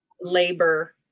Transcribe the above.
labor